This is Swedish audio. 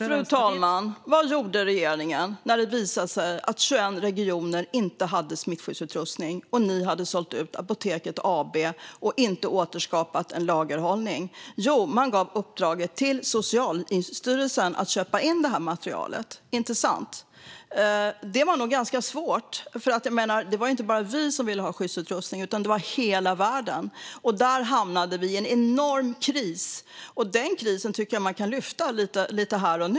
Fru talman! Vad gjorde regeringen när det visade sig att 21 regioner inte hade smittskyddsutrustning och ni hade sålt ut Apoteket AB och inte återskapat en lagerhållning? Jo, man gav uppdraget till Socialstyrelsen att köpa in materialet - inte sant? Det var nog ganska svårt. Det var inte bara vi som ville ha skyddsutrustning, utan det var hela världen. Där hamnade vi i en enorm kris. Den krisen tycker jag att vi kan lyfta fram här och nu.